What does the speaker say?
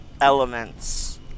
elements